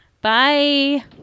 Bye